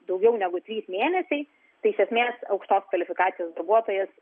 daugiau negu trys mėnesiai tai iš esmės aukštos kvalifikacijos darbuotojas